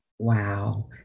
Wow